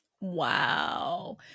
Wow